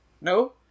no